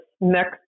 next